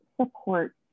support